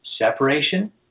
Separation